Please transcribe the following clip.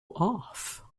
off